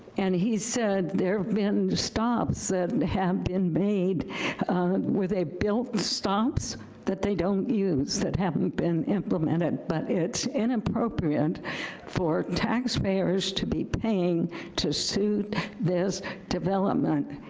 and he said there've been stops that and have been made where they built stops that they don't use, that haven't been implemented, but it's inappropriate for taxpayers to be paying to suit this development,